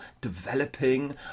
developing